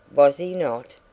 was he not?